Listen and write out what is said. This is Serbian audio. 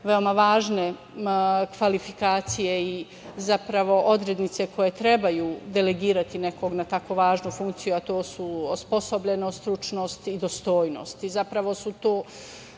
veoma važne kvalifikacije i zapravo odrednice koje trebaju delegirati nekog na tako važnu funkciju, a to su osposobljenost, stručnost i dostojnost. Zapravo su to